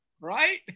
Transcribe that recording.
Right